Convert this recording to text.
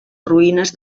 ruïnes